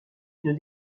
une